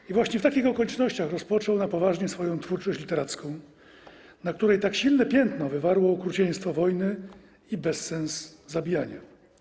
I właśnie w takich okolicznościach rozpoczął na poważnie swoją twórczość literacką, na której tak silne piętno wywarły okrucieństwo wojny i bezsens zabijania.